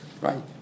right